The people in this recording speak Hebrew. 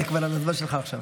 זה כבר על הזמן שלך עכשיו.